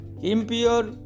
Impure